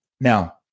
Now